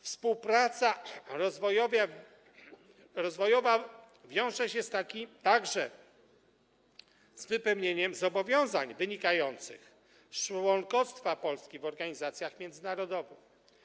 Współpraca rozwojowa wiąże się także z wypełnieniem zobowiązań wynikających z członkostwa Polski w organizacjach międzynarodowych.